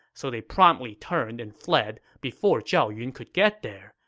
so they promptly turned and fled before zhao yun could get there,